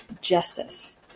justice